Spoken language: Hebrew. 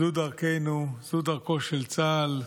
זו דרכנו, זו דרכו של צה"ל,